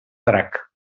drac